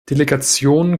delegationen